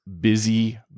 busy